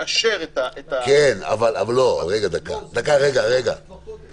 לא, זה נכנס לתוקף כבר קודם.